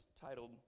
titled